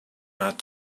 not